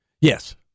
Yes